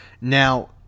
Now